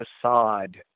facade